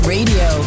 Radio